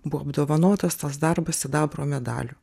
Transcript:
buvo apdovanotas tas darbas sidabro medaliu